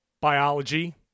biology